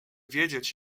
wiedzieć